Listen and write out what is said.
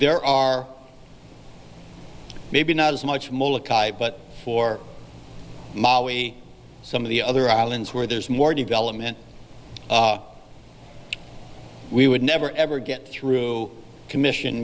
there are maybe not as much of it but for molly some of the other islands where there's more development we would never ever get through commission